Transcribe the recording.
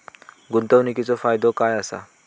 गुंतवणीचो फायदो काय असा?